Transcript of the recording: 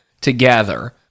together